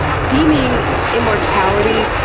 seeming immortality,